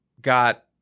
got